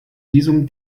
visum